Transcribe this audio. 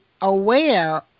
aware